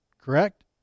Correct